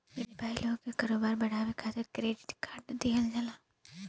व्यापारी लोग के कारोबार के बढ़ावे खातिर क्रेडिट कार्ड दिहल जाला